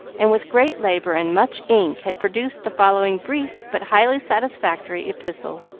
and with great labor and much ink had produced the following brief but highly satisfactory epistle.